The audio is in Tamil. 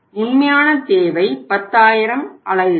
உண்மையான தேவை 10000 அலகுகள்